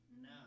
No